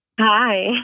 Hi